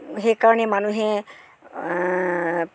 সেইকাৰণে মানুহে